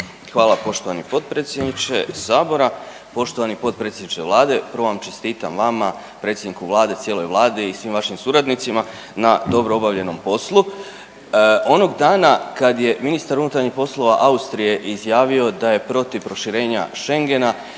Hvala poštovani potpredsjedniče Sabora, poštovani potpredsjedniče Vlade. Prvo čestitam vama, predsjedniku Vlade, cijeloj Vladi i svim vašim suradnicima na dobro obavljenom poslu. Onog dana kad je ministar unutarnjih poslova Austrije izjavio da je protiv proširenja Schengena,